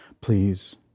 Please